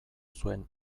zuen